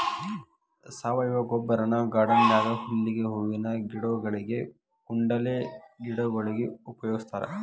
ಸಾವಯವ ಗೊಬ್ಬರನ ಗಾರ್ಡನ್ ನ್ಯಾಗ ಹುಲ್ಲಿಗೆ, ಹೂವಿನ ಗಿಡಗೊಳಿಗೆ, ಕುಂಡಲೆ ಗಿಡಗೊಳಿಗೆ ಉಪಯೋಗಸ್ತಾರ